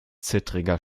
zittriger